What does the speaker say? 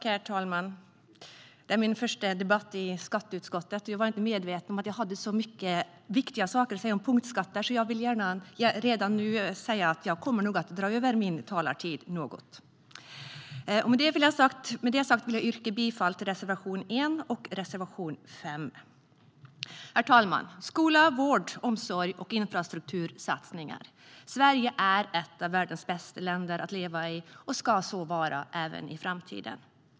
Herr talman! Det är min första debatt i skatteutskottet, och jag var inte medveten om att jag hade så mycket viktiga saker att säga om punktskatter. Därför vill jag redan nu säga att jag nog kommer att dra över min talartid. Herr talman! Jag yrkar bifall till reservationerna 1 och 5. Herr talman! Skola, vård, omsorg och infrastruktursatsningar - Sverige är ett av världens bästa länder att leva i och ska så vara även i framtiden.